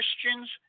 Christians